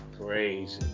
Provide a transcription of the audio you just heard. Crazy